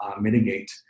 mitigate